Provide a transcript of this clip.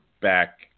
back